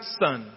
son